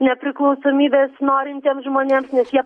nepriklausomybės norintiems žmonėms nes jie